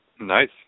Nice